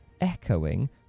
echoing